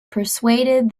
persuaded